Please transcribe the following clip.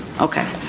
Okay